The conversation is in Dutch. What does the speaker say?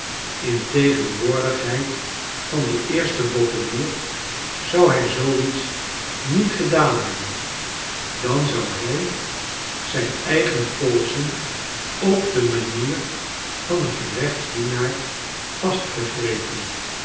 in tegenwoordigheid van den eersten bottelier zou hij zoo iets niet gedaan hebben dan zou hij zijn eigen polsen op de manier van een